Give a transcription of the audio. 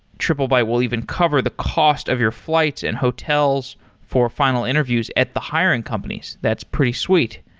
triplebyte will even cover the cost of your flights and hotels for final interviews at the hiring companies. that's pretty sweet.